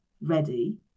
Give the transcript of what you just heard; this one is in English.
ready